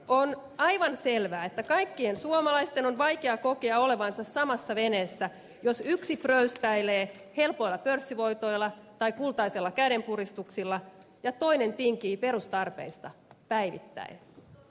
on aivan selvää että kaikkien suomalaisten on vaikea kokea olevansa samassa veneessä jos yksi pröystäilee helpoilla pörssivoitoilla tai kultaisilla kädenpuristuksilla ja toinen tinkii perustarpeista päivittäin